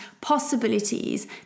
possibilities